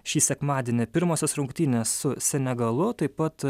šį sekmadienį pirmosios rungtynės su senegalu taip pat